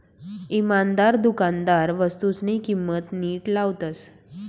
इमानदार दुकानदार वस्तूसनी किंमत नीट लावतस